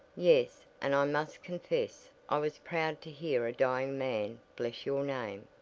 yes, and i must confess i was proud to hear a dying man bless your name.